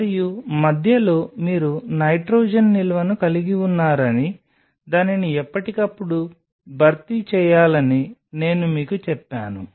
మరియు మధ్యలో మీరు నైట్రోజన్ నిల్వను కలిగి ఉన్నారని దానిని ఎప్పటికప్పుడు భర్తీ చేయాలని నేను మీకు చెప్పాను